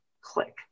Click